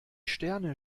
sterne